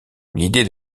l’idée